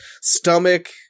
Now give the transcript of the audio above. stomach